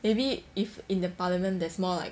maybe if in the parliament there's more like